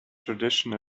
tradition